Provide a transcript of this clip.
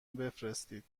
بفرستید